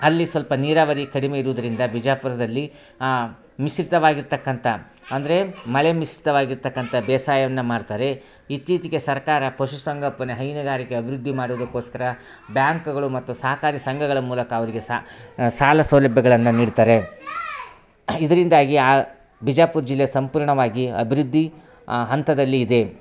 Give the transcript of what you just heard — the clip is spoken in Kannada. ಅಲ್ಲಿ ಸ್ವಲ್ಪ ನೀರಾವರಿ ಕಡಿಮೆ ಇರೋದ್ರಿಂದ ಬಿಜಾಪುರದಲ್ಲಿ ಮಿಶ್ರಿತವಾಗಿರ್ತಕ್ಕಂಥ ಅಂದರೆ ಮಳೆ ಮಿಶ್ರಿತವಾಗಿರ್ತಕ್ಕಂಥ ಬೇಸಾಯವನ್ನು ಮಾಡ್ತಾರೆ ಇತ್ತೀಚಿಗೆ ಸರ್ಕಾರ ಪಶು ಸಂಗೋಪನೆ ಹೈನುಗಾರಿಕೆ ಅಭಿವೃದ್ದಿ ಮಾಡೋದಕ್ಕೋಸ್ಕರ ಬ್ಯಾಂಕ್ಗಳು ಮತ್ತು ಸಹಕಾರಿ ಸಂಘಗಳ ಮೂಲಕ ಅವರಿಗೆ ಸಾಲ ಸೌಲಭ್ಯಗಳನ್ನ ನೀಡ್ತಾರೆ ಇದರಿಂದಾಗಿ ಆ ಬಿಜಾಪುರ ಜಿಲ್ಲೆ ಸಂಪೂರ್ಣವಾಗಿ ಅಭಿವೃದ್ದಿ ಹಂತದಲ್ಲಿ ಇದೆ